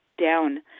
down